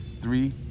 Three